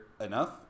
enough